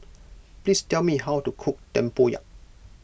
please tell me how to cook Tempoyak